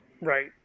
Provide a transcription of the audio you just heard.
Right